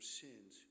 sins